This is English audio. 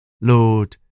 Lord